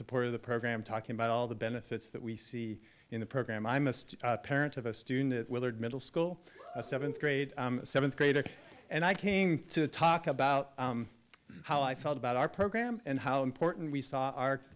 support of the program talking about all the benefits that we see in the program i missed parent of a student at willard middle school a seventh grade seventh grader and i came to talk about how i felt about our program and how important we saw